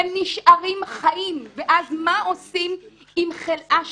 הם נשארים חיים, ואז מה עושים אם חלאה שכזאת,